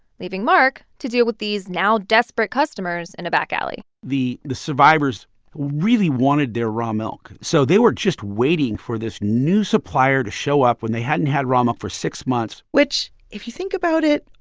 leaving mark to deal with these now-desperate customers in a back alley the the survivors really wanted their raw milk, so they were just waiting for this new supplier to show up when they hadn't had raw milk for six months which, if you think about it,